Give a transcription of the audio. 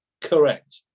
Correct